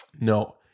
No